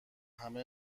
همه